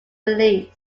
released